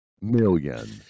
million